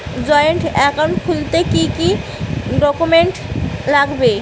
Joint account খুলতে কি কি ডকুমেন্টস লাগবে?